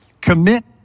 Commit